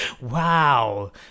Wow